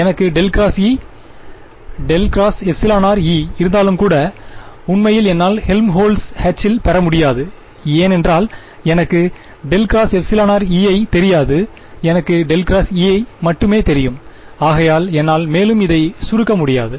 எனக்கு ∇×E∇×εrE இருந்தாலும் கூட உண்மையில் என்னால் ஹெல்ம்ஹோல்ட்ஸ் Hல்பெறமுடியாது ஏனென்றால் எனக்கு ∇×εrE ஐ தெரியாது எனக்கு ∇×E மட்டுமே தெரியும் ஆகையால் என்னால் மேலும் இதை சுருக்க முடியாது